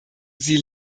sie